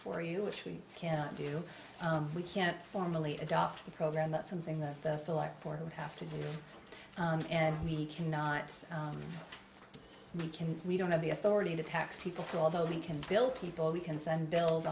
for you which we cannot do we can't formulate adopt the program that's something that the select for would have to do and we cannot we can we don't have the authority to tax people so although we can bill people we can send bills